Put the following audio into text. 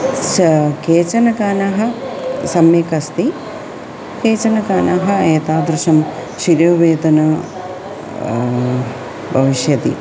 स केचन गानानि सम्यक् अस्ति केचन गानानि एतादृशं शिरोवेदना भविष्यति